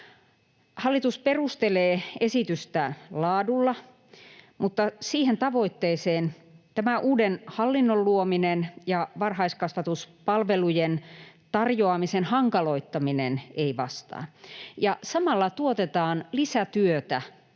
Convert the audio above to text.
Hallitus perustelee esitystä laadulla, mutta siihen tavoitteeseen tämä uuden hallinnon luominen ja varhaiskasvatuspalvelujen tarjoamisen hankaloittaminen ei vastaa, ja samalla tuotetaan lisätyötä